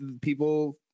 people